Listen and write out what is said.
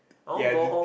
yes